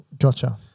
Gotcha